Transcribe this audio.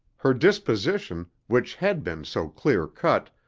her disposition, which had been so clear cut,